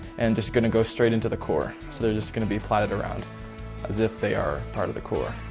and just gonna go straight into the core. so they're just going to be plaited around as if they are part of the core.